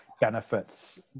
benefits